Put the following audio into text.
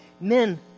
men